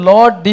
Lord